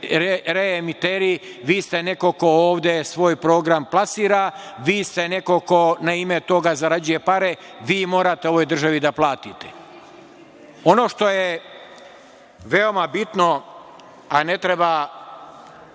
reemiteri, vi ste neko ko ovde svoj program plasira, vi ste neko ko na ime toga zarađuje pare, vi morate ovoj državi da platite. Ono što je veoma bitno, a ne treba